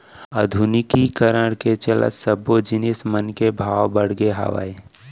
आधुनिकीकरन के चलत सब्बो जिनिस मन के भाव बड़गे हावय